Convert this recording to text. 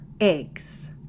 eggs